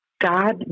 God